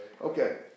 Okay